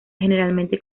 generalmente